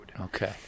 Okay